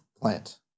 plant